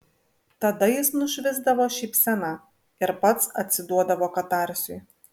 tada jis nušvisdavo šypsena ir pats atsiduodavo katarsiui